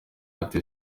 ati